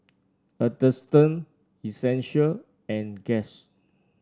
Atherton Essential and Guess